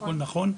הכול נכון,